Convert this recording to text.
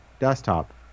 desktop